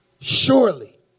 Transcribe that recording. surely